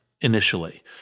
initially